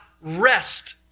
rest